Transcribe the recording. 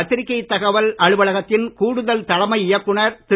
பத்திரிக்கை தகவல் அலுவலகத்தின் கூடுதல் தலைமை இயக்குநர் திரு